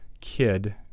kid